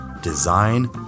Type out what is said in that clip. Design